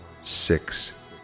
six